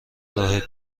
راه